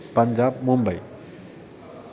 Punjab Mumbai